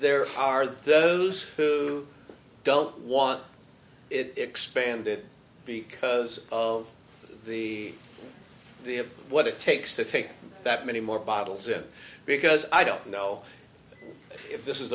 there are those who don't want it spanned it because of the the what it takes to take that many more bottles in because i don't know if this is